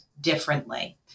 differently